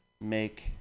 make